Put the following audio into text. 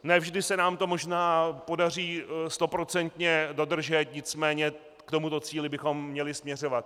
Ne vždy se nám to možná podaří stoprocentně dodržet, nicméně k tomuto cíli bychom měli směřovat.